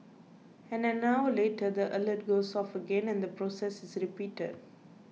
and an hour later the alert goes off again and the process is repeated